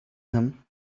him